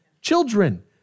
children